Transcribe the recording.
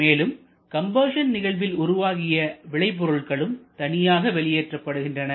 மேலும் கம்பஷன் நிகழ்வில் உருவாகிய விளைபொருள்களும் தனியாக வெளியேற்றப்படுகின்றன